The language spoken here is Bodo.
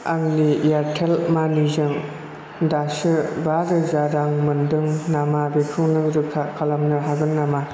आंनि एयारटेल मानिजों दासो बा रोजा रां मोनदों नामा बेखौ नों रोखा खालामनो हागोन नामा